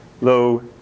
low